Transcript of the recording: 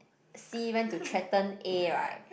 C went to threaten A right